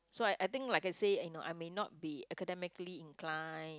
so I I think like I said you know I may not be academically incline